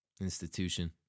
institution